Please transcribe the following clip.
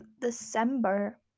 december